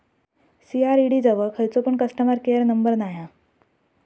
CRED जवळ खयचो पण कस्टमर केयर नंबर नाय हा